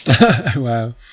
Wow